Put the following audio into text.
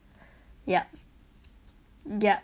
yup yup